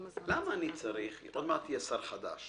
למה אני צריך עוד מעט יהיה שר חדש,